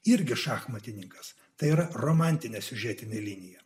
irgi šachmatininkas tai yra romantinė siužetinė linija